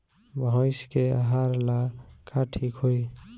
भइस के आहार ला का ठिक होई?